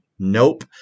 Nope